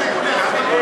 לא.